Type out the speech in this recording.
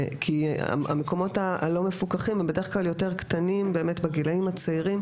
המקומות הלא מפוקחים הם בדרך כלל יותר קטנים בגילים הצעירים,